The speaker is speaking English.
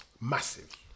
Massive